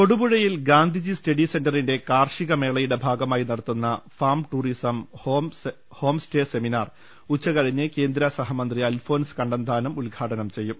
തൊടുപുഴയിൽ ഗാന്ധിജി സ്റ്റഡി സെന്ററിന്റെ കാർഷിക മേളയുടെ ഭാഗമായി നടത്തുന്ന farm tourism home stay seminar ഉച്ചകഴിഞ്ഞ് കേന്ദ്രസഹമന്ത്രി അൽഫോൻസ് കണ്ണന്താനം ഉദ്ഘാടനം ചെയ്യും